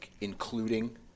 including